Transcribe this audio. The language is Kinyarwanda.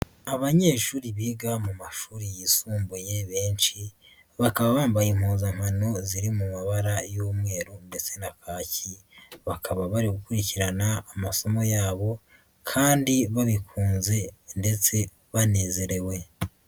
Abanyeshuri biga mu mashuri yisumbuye benshi, bakaba bambaye impuzankano ziri mu mabara y'umweru ndetse na kaki. Bakaba bari gukurikirana amasomo yabo, kandi babikunze ndetse banezerewe.